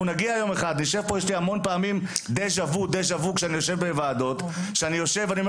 אני חש דז'ה וו הרבה פעמים כשאני יושב בוועדות כי אני אומר